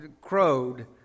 crowed